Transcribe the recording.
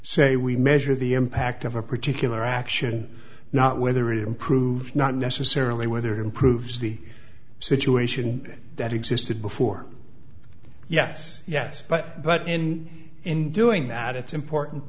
say we measure the impact of a particular action not whether it improves not necessarily whether it improves the situation that existed before yes yes but but and in doing that it's important